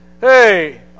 hey